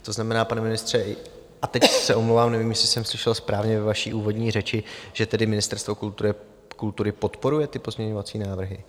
To znamená, pane ministře a teď se omlouvám, nevím, jestli jsem slyšel správně ve vaší úvodní řeči že tedy Ministerstvo kultury podporuje ty pozměňovací návrhy?